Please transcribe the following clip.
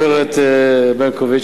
גברת ברקוביץ,